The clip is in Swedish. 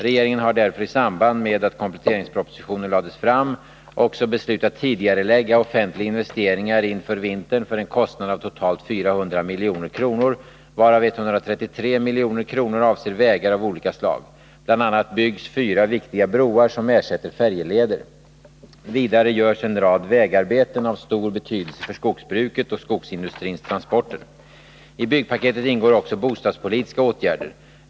Regeringen har därför i samband med att kompletteringspropositionen lades fram också beslutat tidigarelägga offentliga investeringar inför vintern för en kostnad av totalt 400 milj.kr., varav 133 milj.kr. avser vägar av olika slag. Bl. a. byggs fyra viktiga broar som ersätter färjeleder. Vidare görs en rad vägarbeten av stor betydelse för skogsbruket och skogsindustrins transporter. I byggpaketet ingår också bostadspolitiska åtgärder.